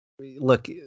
look